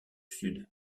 sud